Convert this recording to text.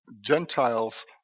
Gentiles